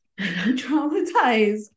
traumatized